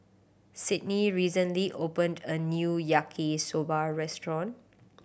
Sydney recently opened a new Yaki Soba restaurant